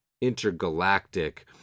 intergalactic